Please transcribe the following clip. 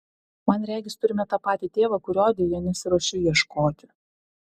man regis turime tą patį tėvą kurio deja nesiruošiu ieškoti